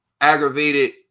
aggravated